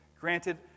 Granted